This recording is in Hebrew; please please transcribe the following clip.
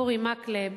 אורי מקלב,